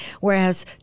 whereas